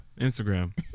Instagram